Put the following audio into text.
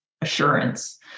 assurance